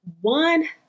one